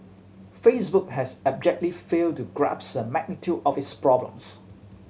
facebook has abjectly failed to grasp the magnitude of its problems